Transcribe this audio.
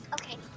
okay